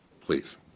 Please